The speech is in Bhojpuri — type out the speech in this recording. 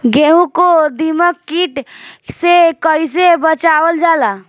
गेहूँ को दिमक किट से कइसे बचावल जाला?